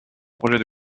projet